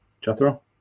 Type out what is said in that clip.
Jethro